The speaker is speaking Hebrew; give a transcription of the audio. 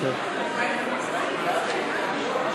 מדובר בהוראת שעה.